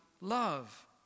love